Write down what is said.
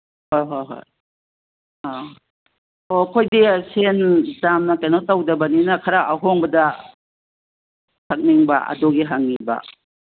ꯍꯣꯏ ꯍꯣꯏ ꯍꯣꯏ ꯑꯥ ꯑꯣ ꯑꯩꯈꯣꯏꯗꯤ ꯁꯦꯟ ꯌꯥꯝꯅ ꯀꯩꯅꯣ ꯇꯧꯗꯕꯅꯤꯅ ꯈꯔ ꯑꯍꯣꯡꯕꯗ ꯊꯛꯅꯤꯡꯕ ꯑꯗꯨꯒꯤ ꯍꯪꯉꯤꯕ